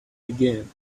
again